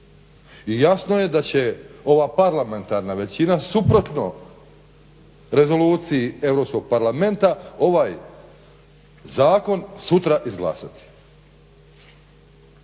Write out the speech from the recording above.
jasno je će ova parlamentarna većina suprotno rezoluciji EU parlamenta ovaj zakon sutra izglasati.